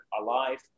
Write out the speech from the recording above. alive